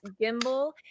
gimbal